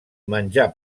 menjar